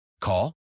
Call